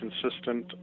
consistent